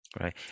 Right